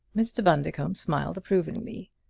mr. bundercombe smiled approvingly.